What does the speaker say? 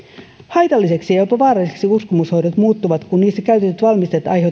haitallisiksi ja jopa vaarallisiksi uskomushoidot muuttuvat kun niissä käytetyt valmisteet aiheuttavat potilaalle